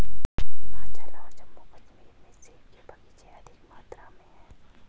हिमाचल और जम्मू कश्मीर में सेब के बगीचे अधिक मात्रा में है